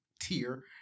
tier